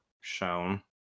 shown